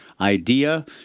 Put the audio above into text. idea